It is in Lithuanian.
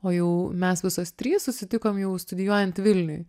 o jau mes visos trys susitikom jau studijuojant vilniuj